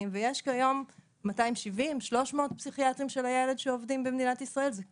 ויש כיום 300-270 פסיכיאטרים של הילד שעובדים במדינת ישראל זה כלום.